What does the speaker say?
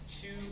two